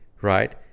right